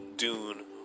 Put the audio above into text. Dune